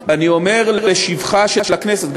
ואני אומר לשבחה של הכנסת,